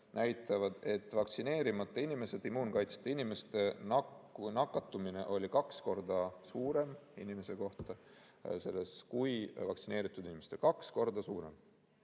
näitavad, et vaktsineerimata inimeste, immuunkaitseta inimeste nakatumine oli kaks korda suurem ühe inimese kohta kui vaktsineeritud inimeste nakatumine.